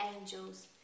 angels